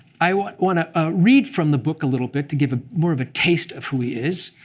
i want want to ah read from the book a little bit to give a more of a taste of who he is.